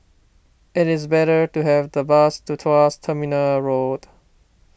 it is better to have the bus to Tuas Terminal Road